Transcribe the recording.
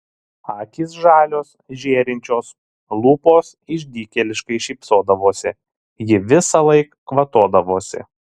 akys žalios žėrinčios lūpos išdykėliškai šypsodavosi ji visąlaik kvatodavosi